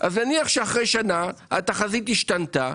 אז נניח שאחרי שנה התחזית השתנתה,